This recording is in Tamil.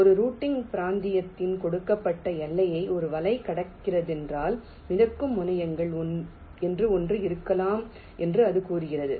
ஒரு ரூட்டிங் பிராந்தியத்தின் கொடுக்கப்பட்ட எல்லையை ஒரு வலை கடக்கிறதென்றால் மிதக்கும் முனையங்கள் என்று ஒன்று இருக்கலாம் என்று அது கூறுகிறது